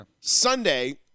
Sunday